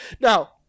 Now